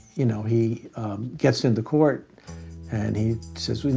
you know, he gets into court and he says,